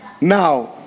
Now